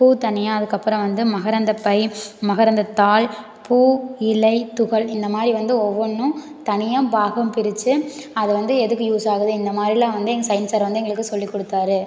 பூ தனியாக அதுக்கப்புறம் வந்து மகரந்தப்பை மகரந்தத் தாள் பூ இலை துகள் இந்த மாதிரி வந்து ஒவ்வொன்றும் தனியாக பாகம் பிரித்து அது வந்து எதுக்கு யூஸ் ஆகுது இந்த மாதிரிலாம் வந்து எங்கள் சயின்ஸ் சார் வந்து எங்களுக்கு சொல்லிக்கொடுத்தாரு